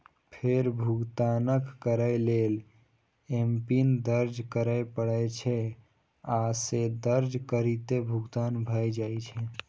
फेर भुगतान करै लेल एमपिन दर्ज करय पड़ै छै, आ से दर्ज करिते भुगतान भए जाइ छै